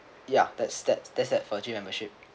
ya that's that's that's that for gym membership